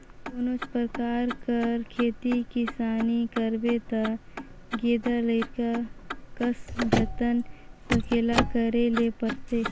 कोनोच परकार कर खेती किसानी करबे ता गेदा लरिका कस जतन संकेला करे ले परथे